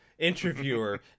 interviewer